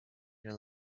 her